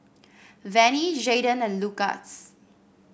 Venie Jaiden and Lukas